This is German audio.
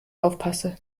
aufpasse